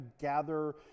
gather